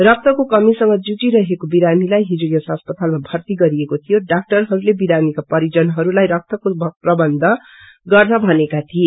रक्तको कमीसंग जुझिरहेको रिामीलाई हिजो यस अस्पतालमा भर्ती गरिएको शियो र डाक्टरहरूले विरामीका परिजनहरूलाई रक्तको प्रबन्ध गर्न भनेका थिए